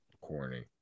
corny